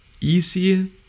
easy